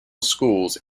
schools